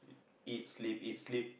eat sleep eat sleep